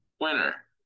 winner